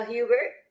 Hubert